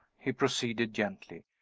he proceeded gently.